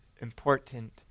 important